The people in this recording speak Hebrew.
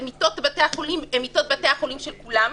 ומיטות בתי החולים הן מיטות בתי החולים של כולם.